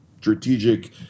strategic